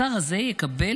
השר הזה יקבל